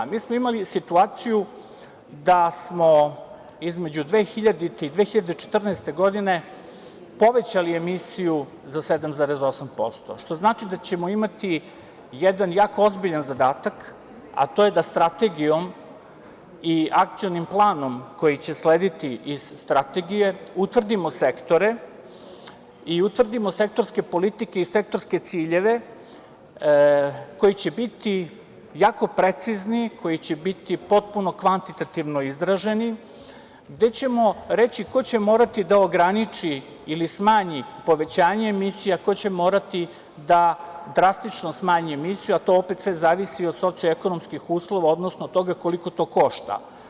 Mi smo imali situaciju da smo između 2000. i 2014. godine povećali emisiju za 7,8%, što znači da ćemo imati jedan jako ozbiljan zadatak, a to je da strategijom i Akcionim planom koji će slediti iz strategije utvrdimo sektore i utvrdimo sektorske politike i sektorske ciljeve koji će biti jako precizni, koji će biti potpuno kvantitativno izraženi, gde ćemo reći ko će morati da ograniči ili smanji povećanje emisija, ko će morati da drastično smanje emisiju, a to opet sve zavisi od soci ekonomskih uslova, odnosno toga koliko to košta.